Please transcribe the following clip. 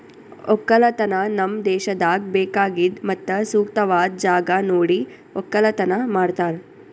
ಒಕ್ಕಲತನ ನಮ್ ದೇಶದಾಗ್ ಬೇಕಾಗಿದ್ ಮತ್ತ ಸೂಕ್ತವಾದ್ ಜಾಗ ನೋಡಿ ಒಕ್ಕಲತನ ಮಾಡ್ತಾರ್